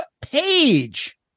page